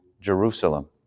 Jerusalem